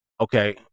okay